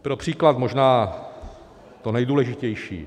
Pro příklad možná to nejdůležitější.